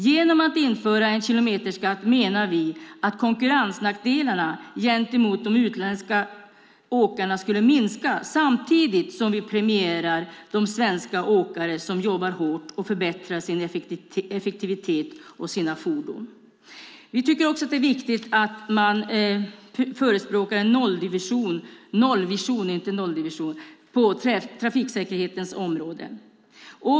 Genom att införa en kilometerskatt menar vi att konkurrensnackdelarna gentemot de utländska åkarna skulle minska samtidigt som vi premierar de svenska åkare som jobbar hårt och förbättrar sin effektivitet och sina fordon. Vi tycker också att det är viktigt att förespråka en nollvision på trafiksäkerhetens område.